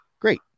great